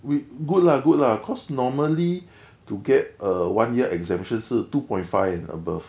we good lah good lah cause normally to get a one year exemption 是 two point five and above